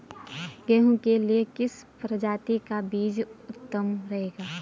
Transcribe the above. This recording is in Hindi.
गेहूँ के लिए किस प्रजाति का बीज उत्तम रहेगा?